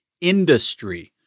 Industry